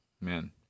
man